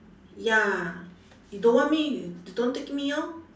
ya you don't want me y~ you don't take me orh